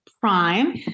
prime